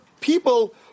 people